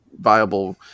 viable